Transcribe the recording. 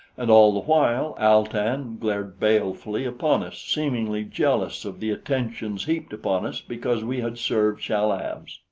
and all the while al-tan glared balefully upon us, seemingly jealous of the attentions heaped upon us because we had served chal-az.